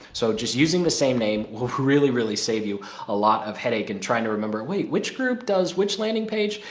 so just using the same name, will really, really save you a lot of headache and trying to remember wait, which group does which landing page?